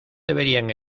deberían